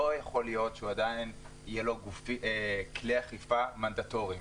לא יכול להיות שהוא יחזיק בכלי אכיפה מנדטוריים.